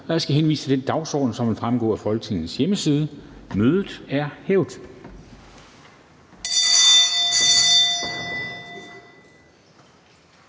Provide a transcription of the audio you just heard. Jeg skal henvise til den dagsorden, som vil fremgå af Folketingets hjemmeside. Mødet er hævet.